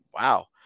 wow